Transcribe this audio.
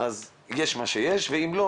יש מה שיש ואם לא,